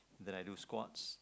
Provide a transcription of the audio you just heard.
then I do squats